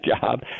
job